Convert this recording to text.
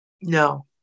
No